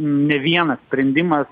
ne vienas sprendimas